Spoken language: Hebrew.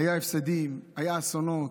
היו הפסדים, היו אסונות,